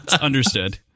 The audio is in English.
understood